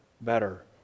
better